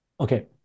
Okay